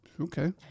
okay